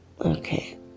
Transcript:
Okay